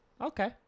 Okay